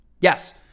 Yes